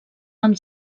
amb